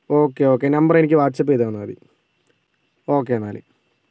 okay okay number എനിക്ക് WhatsApp ചെയ്ത് തന്നാൽ മതി ഓക്കേ എന്നാല്